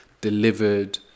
delivered